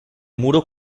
muro